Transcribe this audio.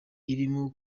irimo